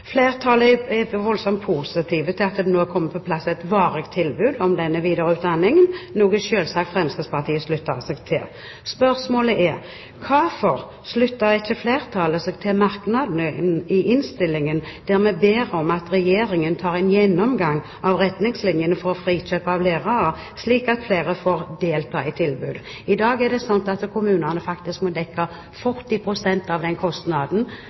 Flertallet er voldsomt positivt til at det nå er kommet på plass et varig tilbud om denne videreutdanningen, noe Fremskrittspartiet selvsagt slutter seg til. Spørsmålet er: Hvorfor slutter ikke flertallet seg til merknadene i innstillingen? Der ber vi om at Regjeringen tar en gjennomgang av retningslinjene for frikjøp av lærere, slik at flere får delta i tilbudet? I dag er det slik at kommunene faktisk må dekke 40 pst. av den kostnaden